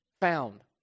found